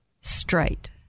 straight